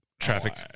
traffic